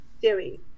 theory